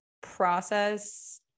process